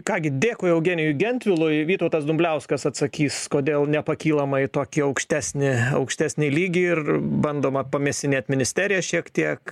ką gi dėkui eugenijui gentvilui vytautas dumbliauskas atsakys kodėl nepakylam tokį aukštesnį aukštesnį lygį ir bandoma pamėsinėt ministeriją šiek tiek